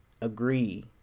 agree